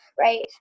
right